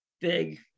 big